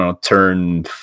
Turn